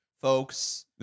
folks